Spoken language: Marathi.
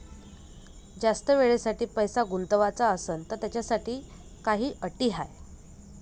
जास्त वेळेसाठी पैसा गुंतवाचा असनं त त्याच्यासाठी काही अटी हाय?